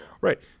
Right